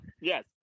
Yes